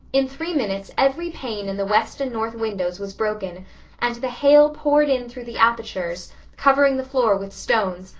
in three minutes every pane in the west and north windows was broken and the hail poured in through the apertures covering the floor with stones,